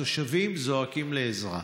התושבים זועקים לעזרה.